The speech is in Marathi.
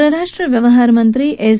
परराष्ट्र व्यवहारमंत्री एस